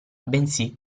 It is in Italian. bensì